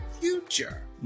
future